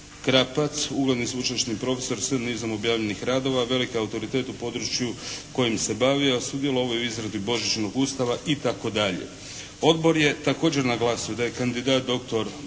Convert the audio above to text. Krapac, ugledni sveučilišni profesor s nizom objavljenih radova, veliki autoritet u području kojim se bavi, a sudjelovao je u izradi božićnog Ustava itd. Odbor je također naglasio da je kandidat dr. Marko